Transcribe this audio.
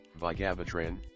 Vigabatrin